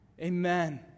Amen